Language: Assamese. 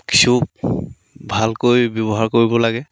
কিছু ভালকৈ ব্যৱহাৰ কৰিব লাগে